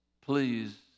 please